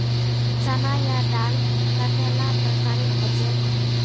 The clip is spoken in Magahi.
चना या दाल कतेला प्रकारेर होचे?